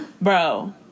Bro